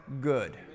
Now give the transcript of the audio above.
good